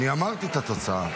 אני אמרתי את התוצאה.